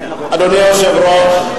אדוני היושב-ראש,